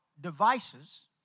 devices